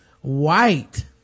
white